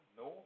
no